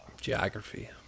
Geography